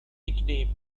nickname